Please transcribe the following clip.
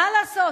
מה לעשות?